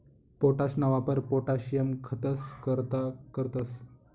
पोटाशना वापर पोटाशियम खतंस करता करतंस